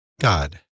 God